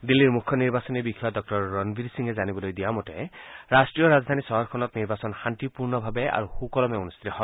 দিল্লীৰ মুখ্য নিৰ্বাচনী বিষয়া ডঃ ৰণবীৰ সিঙে জানিবলৈ দিয়া মতে ৰাষ্ট্ৰীয় ৰাজধানী চহৰখনত নিৰ্বাচন শান্তিপূৰ্ণভাৱে আৰু সুকলমে অনুষ্ঠিত হয়